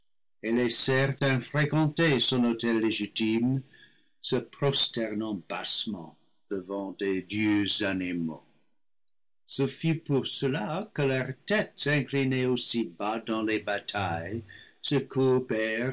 laissèrent infréquenté son autel légitime se prosternant bassement devant des dieux animaux ce fut pour cela que leurs têtes inclinées aussi bas dans les batailles se